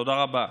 תודה רבה.